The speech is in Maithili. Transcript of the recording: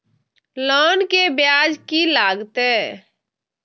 लोन के ब्याज की लागते?